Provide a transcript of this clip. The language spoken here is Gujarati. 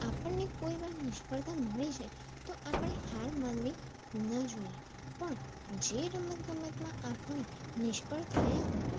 આપણને કોઈ વાર નિષ્ફળતા મળી જાય તો આપણે હાર માનવી ન જોઈએ પણ જે રમતગમતમાં આપણે નિષ્ફળ થયા હોય